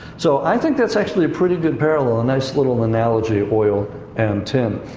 so, i think that's actually a pretty good parallel, a nice little analogy, oil and tin.